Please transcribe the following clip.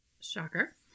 Shocker